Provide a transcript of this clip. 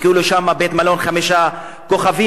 כאילו שם זה בית-מלון חמישה כוכבים,